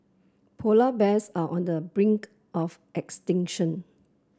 polar bears are on the brink of extinction